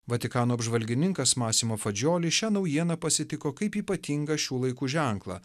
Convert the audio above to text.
vatikano apžvalgininkas masimo fadžioli šią naujieną pasitiko kaip ypatingą šių laikų ženklą